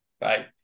right